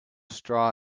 straw